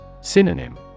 Synonym